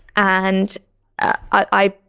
and i,